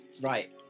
Right